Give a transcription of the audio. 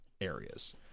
areas